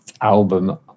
album